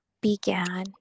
began